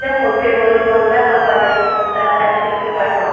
ज्या फोनपेवरून मंगला कपाले ला पाचशे रुपये पाठवा